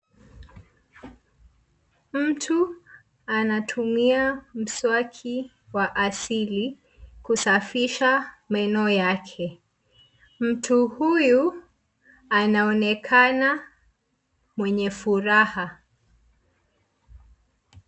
Mtu anatumia mswaki wa asili kusafisha meno yake. Mtu huyu anaonekana mwenye furaha.